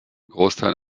großteil